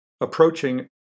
approaching